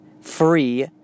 free